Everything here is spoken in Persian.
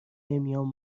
نمیام